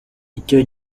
icyo